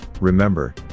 remember